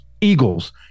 Eagles